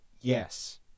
yes